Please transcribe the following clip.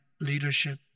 leadership